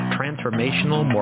Transformational